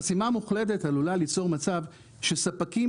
חסימה מוחלטת עלולה ליצור מצב שספקים